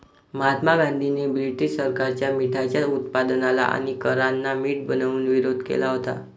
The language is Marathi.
महात्मा गांधींनी ब्रिटीश सरकारच्या मिठाच्या उत्पादनाला आणि करांना मीठ बनवून विरोध केला होता